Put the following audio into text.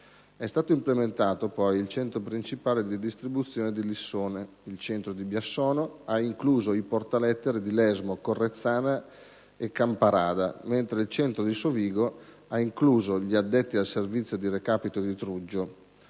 È stato implementato poi il centro principale di distribuzione di Lissone, il centro di Biassono ha incluso i portalettere di Lesmo, Correzzana e Camparada, mentre il centro di Sovigo ha incluso gli addetti al servizio di recapito di Triuggio.